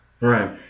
Right